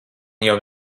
jau